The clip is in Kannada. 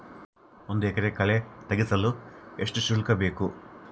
ಒಂದು ಎಕರೆ ಕಳೆ ತೆಗೆಸಲು ಎಷ್ಟು ಶುಲ್ಕ ಬೇಕು?